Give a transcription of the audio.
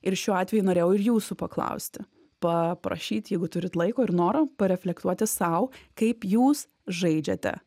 ir šiuo atveju norėjau ir jūsų paklausti paprašyt jeigu turit laiko ir noro pareflektuoti sau kaip jūs žaidžiate